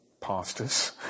pastors